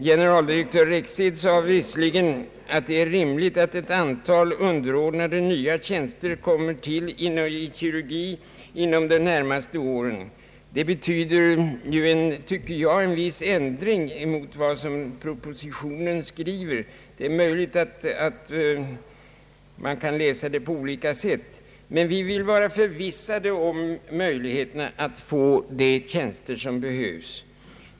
Generaldirektör Rexed sade visserligen att det är rimligt att ett antal underordnade nya tjänster inom kirurgin under de närmaste åren kommer till. Det betyder en viss ändring mot vad som står i propositionen. Det är möjligt att man kan läsa det på olika sätt, men vi vill vara förvissade om möjligheterna att få behålla de tjänster med utbildade läkare som behövs.